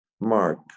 Mark